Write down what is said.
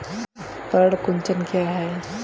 पर्ण कुंचन क्या है?